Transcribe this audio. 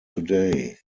today